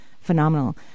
phenomenal